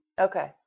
Okay